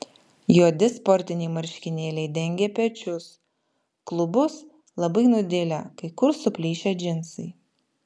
juodi sportiniai marškinėliai dengė pečius klubus labai nudilę kai kur suplyšę džinsai